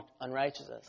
unrighteousness